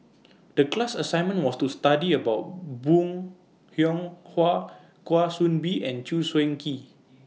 The class assignment was to study about Bong Hiong Hwa Kwa Soon Bee and Chew Swee Kee